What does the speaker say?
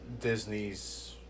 Disney's